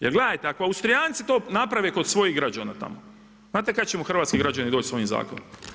Jer gledajte ako Austrijanci to naprave kod svojih građana tamo, znate kada … hrvatski građani doći sa ovim zakonom?